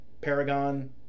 Paragon